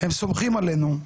הם סומכים עלינו,